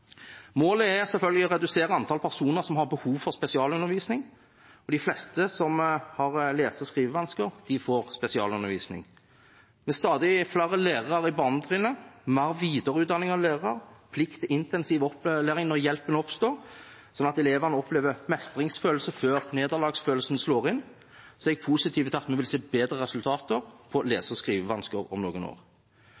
Målet er selvfølgelig å redusere antall personer som har behov for spesialundervisning, og de fleste som har lese- og skrivevansker, får spesialundervisning. Med stadig flere lærere på barnetrinnet, mer videreutdanning av lærere, plikt til intensiv opplæring når hjelpebehovet oppstår, slik at elevene opplever mestringsfølelse før nederlagsfølelsen slår inn, er jeg positiv til at vi vil se bedre resultater